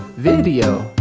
video